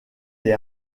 est